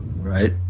Right